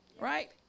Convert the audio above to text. right